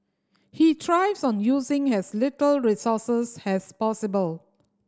he thrives on using has little resources has possible